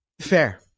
Fair